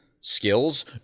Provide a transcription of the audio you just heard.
skills